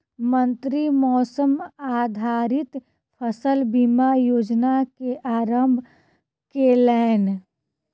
मंत्री मौसम आधारित फसल बीमा योजना के आरम्भ केलैन